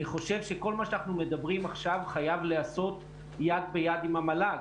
אני חושב שכל מה שאנחנו מדברים עכשיו חייב להיעשות יד ביד עם המל"ג.